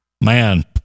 man